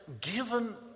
given